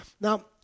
Now